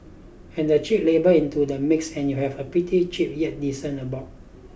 add the cheap labour into the mix and you'd have a pretty cheap yet decent abode